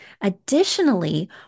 Additionally